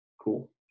cool